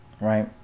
right